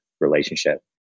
relationship